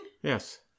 Yes